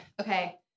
okay